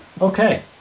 Okay